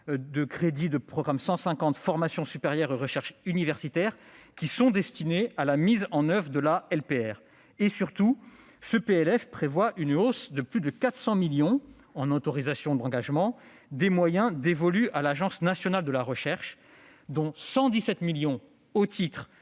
de crédits du programme 150, « Formations supérieures et recherche universitaire », sont destinés à la mise en oeuvre de la LPR. Surtout, ce PLF prévoit une hausse de plus de 400 millions d'euros, en autorisations d'engagement, des moyens dévolus à l'Agence nationale de la recherche, dont 117 millions au titre